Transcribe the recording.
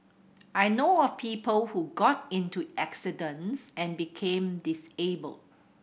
I know of people who got into accidents and became disabled